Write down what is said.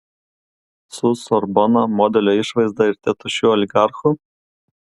su sorbona modelio išvaizda ir tėtušiu oligarchu